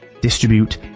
distribute